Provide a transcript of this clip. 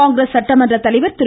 காங்கிரஸ் சட்டமன்ற தலைவர் திரு